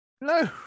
No